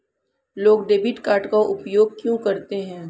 लोग debit card का उपयोग क्यों करते हैं?